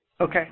Okay